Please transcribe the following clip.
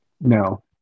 No